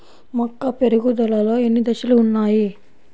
మొక్క పెరుగుదలలో ఎన్ని దశలు వున్నాయి?